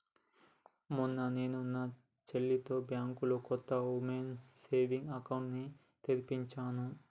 మొన్న నేను నా చెల్లితో బ్యాంకులో కొత్త ఉమెన్స్ సేవింగ్స్ అకౌంట్ ని తెరిపించాను